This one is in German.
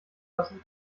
lassen